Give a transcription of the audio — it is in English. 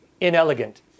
inelegant